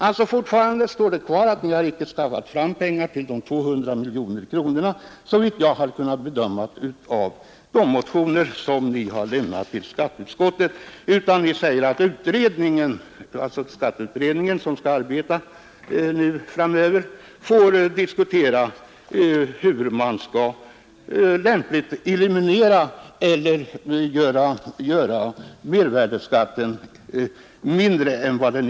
Såvitt jag har kunnat bedöma av de av era motioner som remitterats till skatteutskottet har ni alltså fortfarande inte anvisat varifrån de 200 miljoner kronorna skall tas. Ni säger att skatteutredningen får diskutera hur man lämpligen skall minska mervärdeskatten på livsmedel.